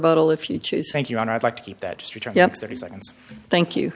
battle if you choose thank you and i'd like to keep that up thirty seconds thank you